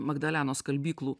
magdalenos skalbyklų